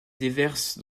déverse